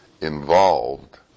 involved